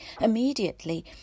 immediately